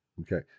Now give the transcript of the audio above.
Okay